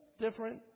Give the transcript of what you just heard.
different